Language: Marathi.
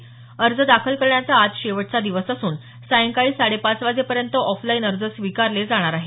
उमेदवारी अर्ज दाखल करण्याचा आज शेवटचा दिवस असून सायंकाळी साडेपाच वाजेपर्यंत ऑफलाईन अर्ज स्वीकारले जाणार आहेत